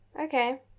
okay